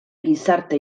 gizarte